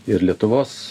ir lietuvos